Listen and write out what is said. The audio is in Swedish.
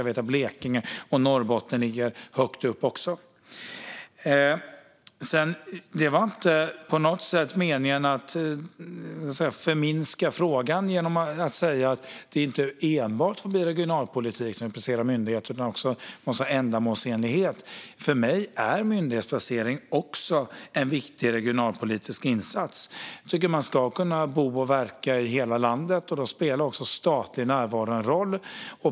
Jag vet att Blekinge och Norrbotten också ligger högt upp. Det var inte på något sätt meningen att förminska frågan genom att säga att det inte enbart får bli regionalpolitik vid placering av myndigheter utan att det även måste vara en ändamålsenlighet. För mig är myndighetsplacering också en viktig regionalpolitisk insats. Man ska kunna bo och verka i hela landet. Då spelar också statlig närvaro en roll.